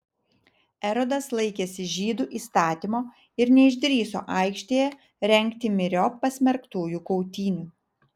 erodas laikėsi žydų įstatymo ir neišdrįso aikštėje rengti myriop pasmerktųjų kautynių